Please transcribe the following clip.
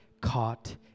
caught